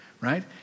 right